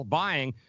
buying